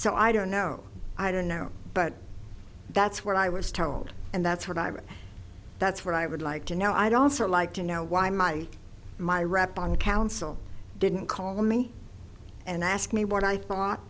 so i don't know i don't know but that's what i was told and that's what i'm that's what i would like to know i'd also like to know why my my rep on the council didn't call me and ask me what i thought